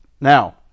Now